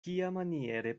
kiamaniere